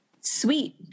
sweet